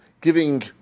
giving